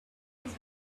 his